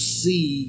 see